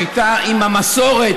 שהייתה עם המסורת,